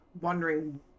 wondering